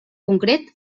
concret